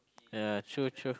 ah true true